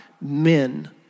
men